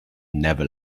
never